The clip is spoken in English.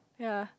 ya